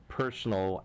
personal